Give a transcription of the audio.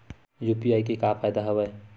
UPI के का फ़ायदा हवय?